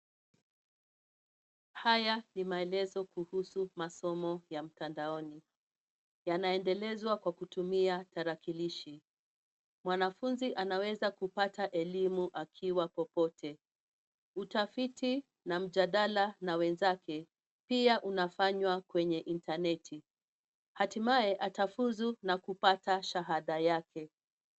Haya ni maelezo kuhusu masomo ya mtandaoni. Yanaendelezwa kwa kutumia tarakilishi. Mwanafunzi anaweza kupata elimu akiwa popote. Utafiti na mjadala na wenzake. Pia unafanywa kwenye intaneti. Hatimaye atafuzu na kupata shahada yake.